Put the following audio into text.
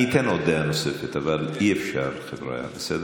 אני אתן עוד דעה נוספת, אבל אי-אפשר, חבריא, בסדר?